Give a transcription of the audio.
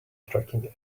tracking